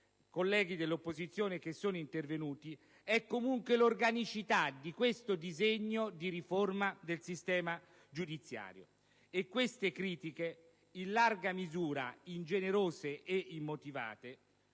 colleghi dell'opposizione che sono intervenuti, è comunque l'organicità di questo disegno di riforma del sistema giudiziario. Queste critiche, in larga misura ingenerose ed immotivate,